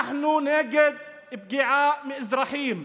אנחנו נגד פגיעה באזרחים.